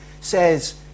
says